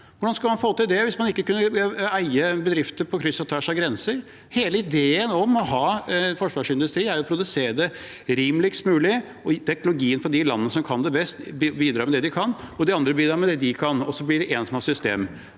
Hvordan skal man få til det hvis man ikke skal kunne eie bedrifter på kryss og tvers av grenser? Hele ideen om å ha forsvarsindustri er å produsere rimeligst mulig. Teknologien til de landene som kan det best, bidrar med det de kan, og de andre bidrar med det de kan, og så blir det en som har